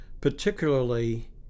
particularly